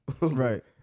right